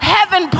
Heaven